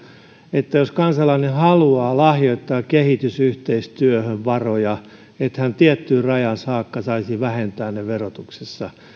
että jos kansalainen haluaa lahjoittaa kehitysyhteistyöhön varoja hän tiettyyn rajaan saakka saisi vähentää ne verotuksessa